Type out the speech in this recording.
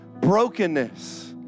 brokenness